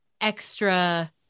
extra